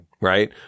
Right